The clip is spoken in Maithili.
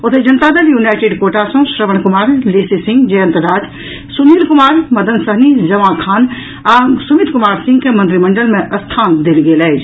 ओतहि जनता दल यूनाइटेड कोटा सॅ श्रवण कुमार लेसी सिंह जयंत राज सुनिल कुमार मदन सहनी ज़मा ख़ान आ सुमित कुमार सिंह के मंत्रिमंडल मे स्थान देल गेल अछि